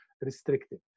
restrictive